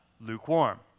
Lukewarm